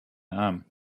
arm